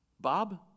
Bob